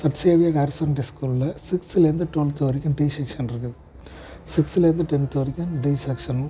sir Xavier higher secondary ஸ்கூலில் சிக்ஸ்த்திலேருந்து twelfth வரைக்கும் பி செக்ஸன் இருக்குது சிக்ஸ்த்துலேருந்து டென்த் வரைக்கும் டி செக்ஸனும்